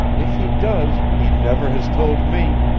if he does, he never has told me.